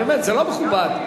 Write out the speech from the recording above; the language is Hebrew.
באמת, זה לא מכובד.